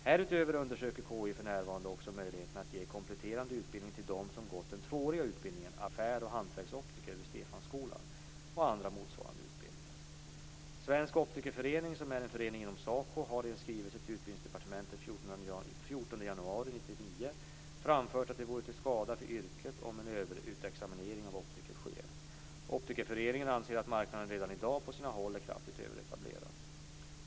Härutöver undersöker KI för närvarande också möjligheterna att ge kompletterande utbildning till dem som gått den tvååriga utbildningen Affär och hantverksoptiker vid Stefanskolan och andra motsvarande utbildningar. SACO, har i en skrivelse till Utbildningsdepartementet den 14 januari 1999 framfört att det vore till skada för yrket om en överutexaminering av optiker sker. Optikerföreningen anser att marknaden redan i dag på sina håll är kraftigt överetablerad.